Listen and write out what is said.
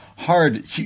Hard